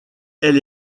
elle